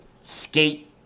skate